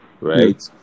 right